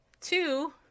Two